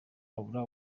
abura